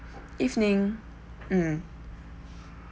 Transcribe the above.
evening mm